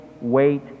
wait